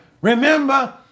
Remember